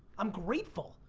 i'm grateful.